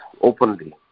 openly